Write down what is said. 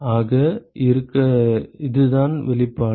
ஆக அதுதான் வெளிப்பாடு